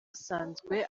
asanzwe